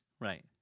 right